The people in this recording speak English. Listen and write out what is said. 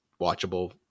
watchable